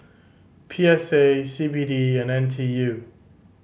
P S A C B D and N T U